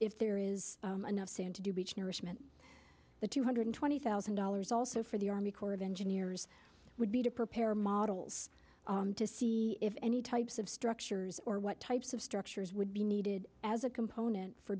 if there is enough sand to do beach nourishment the two hundred twenty thousand dollars also for the army corps of engineers would be to prepare models to see if any types of structures or what types of structures would be needed as a component for